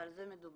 ועל זה מדובר.